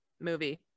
movie